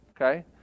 Okay